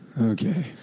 Okay